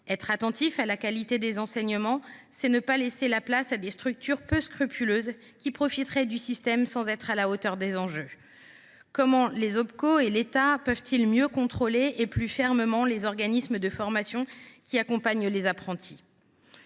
Être attentif à la qualité des enseignements, c’est ne pas laisser la place à des structures peu scrupuleuses qui profiteraient du système sans être à la hauteur des enjeux. Comment les opérateurs de compétences et l’État peuvent ils mieux contrôler, et plus fermement, les organismes de formation privés qui accompagnent des apprentis ?